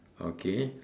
okay